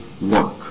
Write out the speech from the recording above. work